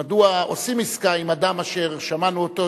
מדוע עושים עסקה עם אדם אשר שמענו אותו